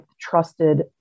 trusted